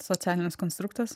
socialinis konstruktas